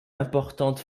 importante